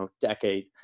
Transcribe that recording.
decade